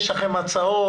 יש לכם הצעות,